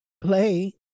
play